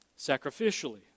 Sacrificially